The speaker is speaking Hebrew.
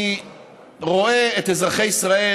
אני רואה את אזרחי ישראל,